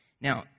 Now